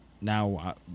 now